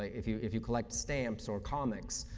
ah if you if you collect stamps or comics,